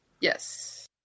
Yes